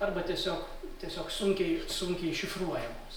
arba tiesiog tiesiog sunkiai sunkiai iššifruojamos